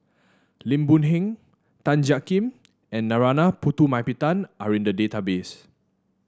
Lim Boon Heng Tan Jiak Kim and Narana Putumaippittan are in the database